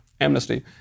amnesty